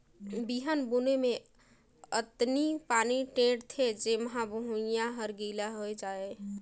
बिहन बुने मे अतनी पानी टेंड़ थें जेम्हा भुइयां हर गिला होए जाये